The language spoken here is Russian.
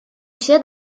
все